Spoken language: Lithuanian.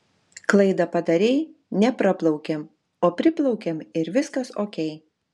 klaidą padarei ne praplaukiam o priplaukiam ir viskas okei